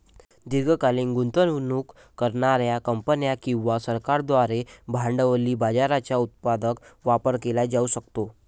दीर्घकालीन गुंतवणूक करणार्या कंपन्या किंवा सरकारांद्वारे भांडवली बाजाराचा उत्पादक वापर केला जाऊ शकतो